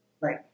Right